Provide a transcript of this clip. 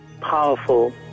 powerful